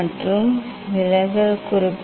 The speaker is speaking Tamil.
மற்றும் விலகல் என்ன